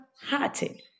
hearted